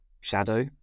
shadow